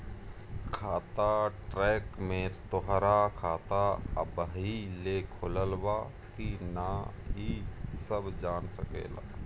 खाता ट्रैक में तोहरा खाता अबही ले खुलल बा की ना इ सब जान सकेला